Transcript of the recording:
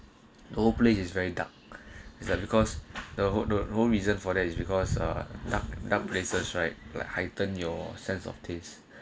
whole play is very dark is that because the whole the whole reason for that is because a dark dark places right like heighten your sense of taste